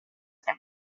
and